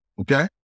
Okay